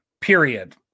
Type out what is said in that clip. period